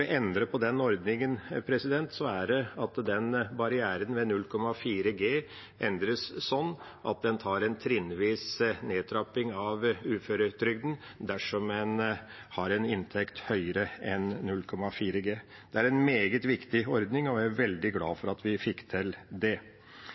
endre på den ordningen, er det ved at den barrieren på 0,4G endres sånn at en tar en trinnvis nedtrapping av uføretrygden dersom en har en inntekt høyere enn 0,4G. Det er en meget viktig ordning, og jeg er veldig glad